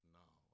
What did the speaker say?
now